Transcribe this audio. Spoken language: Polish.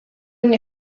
nie